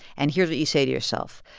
and here's what you say to yourself.